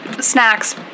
snacks